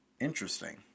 Interesting